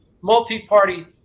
multi-party